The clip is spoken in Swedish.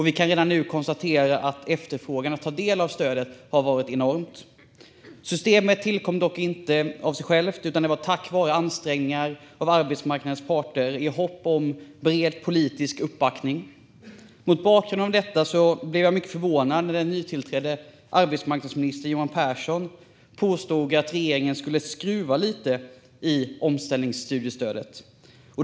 Vi kan nu konstatera att efterfrågan på att ta del av stödet har varit enorm. Systemet tillkom dock inte av sig självt, utan det var tack vare ansträngningar av arbetsmarknadens parter i hopp om bred politisk uppbackning. Mot bakgrund av detta blev jag mycket förvånad när den nytillträdde arbetsmarknadsministern Johan Pehrson påstod att regeringen skulle skruva lite i omställningsstudiestödet.